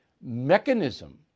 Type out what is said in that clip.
mechanism